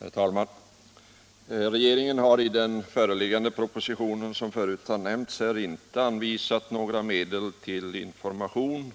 Herr talman! Regeringen har, som tidigare påpekats i debatten, i den föreliggande propositionen inte anvisat några medel till information